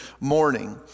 morning